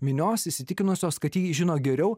minios įsitikinusios kad ji žino geriau